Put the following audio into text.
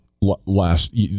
last